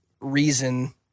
reason